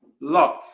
Love